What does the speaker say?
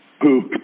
Poop